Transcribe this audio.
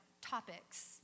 topics